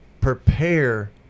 prepare